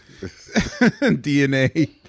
DNA